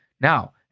Now